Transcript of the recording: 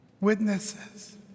Witnesses